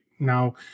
Now